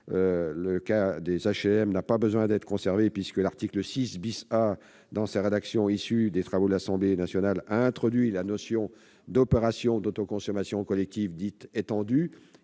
le cas des HLM n'a pas besoin d'être conservée, puisque l'article 6 A, dans sa rédaction issue des travaux de l'Assemblée nationale, a introduit la notion d'opération d'autoconsommation collective dite étendue,